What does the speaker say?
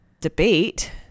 debate